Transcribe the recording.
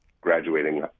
graduating